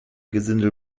gesindel